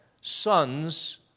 sons